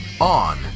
On